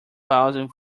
thousand